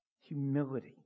Humility